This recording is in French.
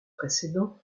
précédent